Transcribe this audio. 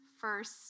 first